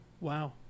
wow